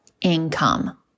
income